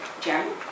Jeremy